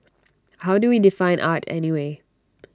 how do we define art anyway